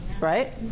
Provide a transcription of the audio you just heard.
right